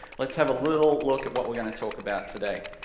let's have a little look at what we're gonna talk about today.